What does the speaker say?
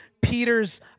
Peter's